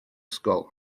ysgol